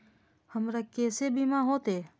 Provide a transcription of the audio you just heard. हमरा केसे बीमा होते?